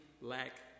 lack